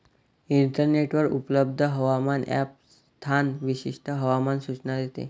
इंटरनेटवर उपलब्ध हवामान ॲप स्थान विशिष्ट हवामान सूचना देते